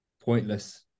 pointless